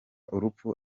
urupfu